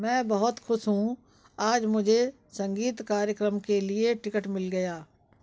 मैं बहुत खुश हूँ आज मुझे संगीत कार्यक्रम के लिए टिकट मिल गया